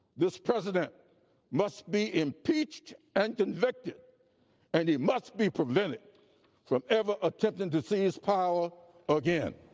this president must be impeached and convicted and he must be prevented from ever attempting to seize power again.